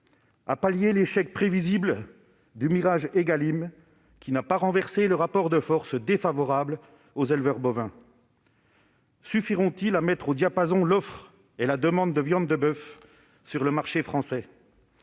à pallier l'échec prévisible du mirage Égalim, qui n'a pas renversé le rapport de force défavorable aux éleveurs bovins ? Suffiront-ils à mettre au diapason l'offre et la demande de viande de boeuf sur le marché français ?